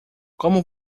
como